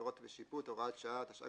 (עבירות ושיפוט) (הוראת שעה) (תיקון מס'